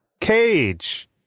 Cage